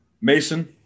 Mason